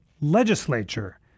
legislature